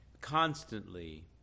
constantly